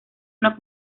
una